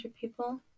people